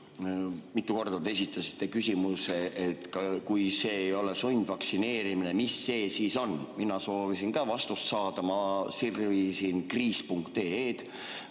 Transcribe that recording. Mitu korda esitasite küsimuse, et kui see ei ole sundvaktsineerimine, mis see siis on. Mina soovisin ka vastust saada. Ma sirvisin kriis.ee-d,